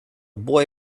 boy